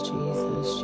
Jesus